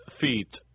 feet